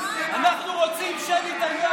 אנחנו רוצים שמית על,